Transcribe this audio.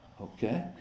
Okay